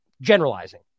generalizing